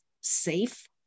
safe